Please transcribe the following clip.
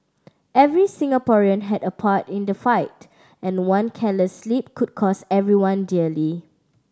every Singaporean had a part in the fight and one careless slip could cost everyone dearly